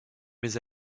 mes